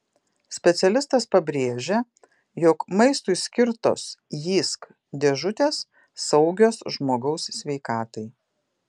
specialistas pabrėžia jog maistui skirtos jysk dėžutės saugios žmogaus sveikatai